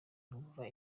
numva